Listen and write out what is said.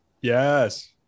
yes